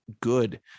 good